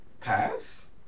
Pass